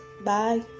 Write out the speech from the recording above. Bye